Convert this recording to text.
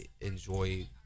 enjoy